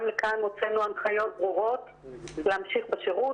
גם לכאן הוצאנו הנחיות ברורות להמשיך בשירות,